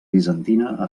bizantina